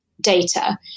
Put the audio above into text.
data